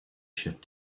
shift